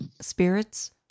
spirits